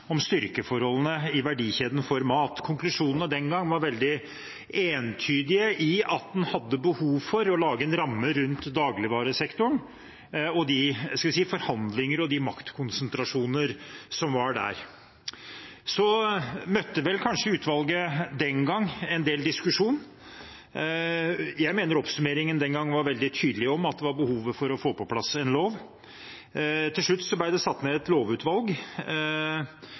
om styrkeforholdene i verdikjeden for mat». Konklusjonene den gang var veldig entydige i at man hadde behov for å lage en ramme rundt dagligvaresektoren og de forhandlingene og de maktkonsentrasjonene som var der. Så møtte vel kanskje utvalget den gang en del diskusjon, men jeg mener oppsummeringen den gangen var veldig tydelig på at det var behov for å få på plass en lov. Til slutt ble det satt ned et lovutvalg,